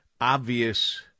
obvious